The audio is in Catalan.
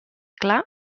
clar